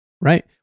Right